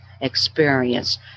experience